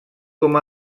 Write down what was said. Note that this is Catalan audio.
com